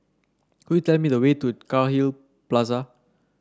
could you tell me the way to Cairnhill Plaza